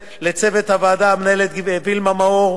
המנהלת וילמה מאור,